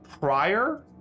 prior